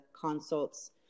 consults